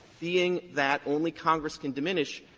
being that only congress can diminish.